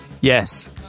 Yes